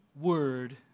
word